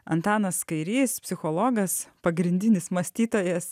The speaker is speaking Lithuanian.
antanas kairys psichologas pagrindinis mąstytojas